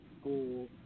school